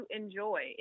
enjoy